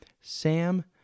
Sam